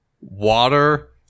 water